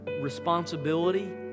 responsibility